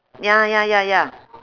ya ya ya ya